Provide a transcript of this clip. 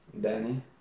Danny